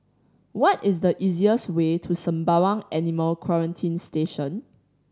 what is the easiest way to Sembawang Animal Quarantine Station